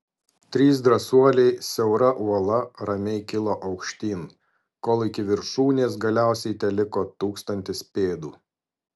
trys drąsuoliai siaura uola ramiai kilo aukštyn kol iki viršūnės galiausiai teliko tūkstantis pėdų